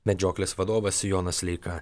medžioklės vadovas jonas leika